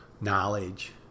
knowledge